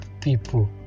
people